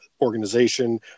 organization